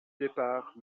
départ